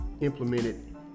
implemented